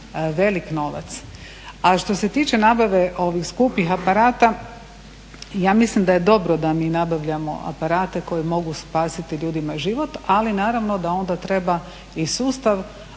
velik novac. A što se tiče nabave ovih skupih aparata, ja mislim da je dobro da mi nabavljamo aparate koji mogu spasiti ljudima život, ali naravno da onda treba i sustav